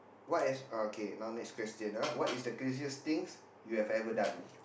what is okay now next question ah what is the craziest things you have ever done